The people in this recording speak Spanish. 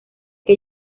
que